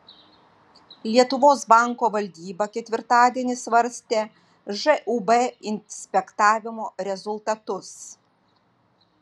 lietuvos banko valdyba ketvirtadienį svarstė žūb inspektavimo rezultatus